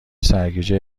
سرگیجه